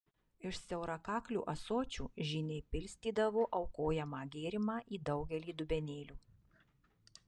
iš siaurakaklių ąsočių žyniai pilstydavo aukojamą gėrimą į daugelį dubenėlių